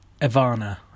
ivana